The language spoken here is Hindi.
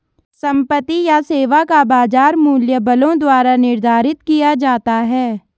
संपत्ति या सेवा का बाजार मूल्य बलों द्वारा निर्धारित किया जाता है